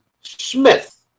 Smith